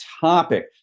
topic